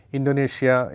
Indonesia